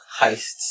heists